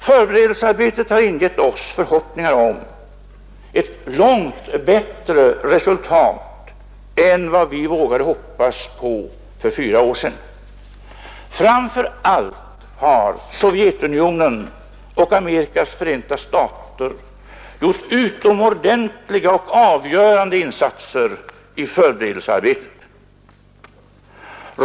Förberedelsearbetet har ingivit oss förhoppningar om ett långt bättre resultat än vad vi vågade hoppas på för fyra år sedan. Framför allt har Sovjetunionen och Amerikas förenta stater gjort utomordentliga och avgörande insatser i förberedelsearbetet.